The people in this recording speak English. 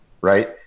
right